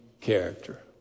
character